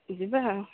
ଯିବା ଆଉ